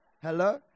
Hello